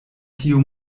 tiu